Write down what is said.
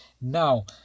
Now